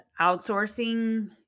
outsourcing